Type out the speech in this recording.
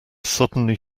suddenly